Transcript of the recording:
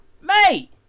Mate